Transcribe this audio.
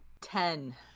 Ten